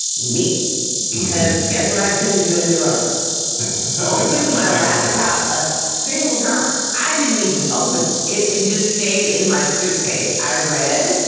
me because guess what i didn't do and neurons open my laptop a single time i didn't even open it. it it just stayed in my suitcase. i read.